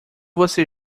você